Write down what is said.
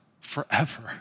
forever